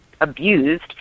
abused